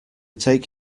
take